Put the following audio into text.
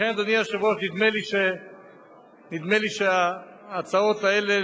לכן, אדוני היושב-ראש, נדמה לי שההצעות האלה,